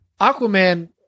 Aquaman